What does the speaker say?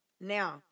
Now